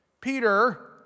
Peter